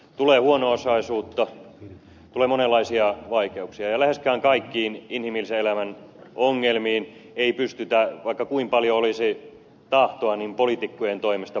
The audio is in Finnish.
tulee huono osaisuutta tulee monenlaisia vaikeuksia ja läheskään kaikkiin inhimillisen elämän ongelmiin ei pystytä vaikka kuinka paljon olisi tahtoa poliitikkojen toimesta puuttumaan